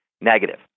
negative